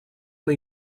una